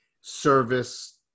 service